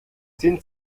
sind